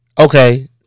Okay